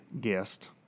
guest